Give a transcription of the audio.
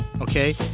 Okay